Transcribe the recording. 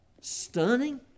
stunning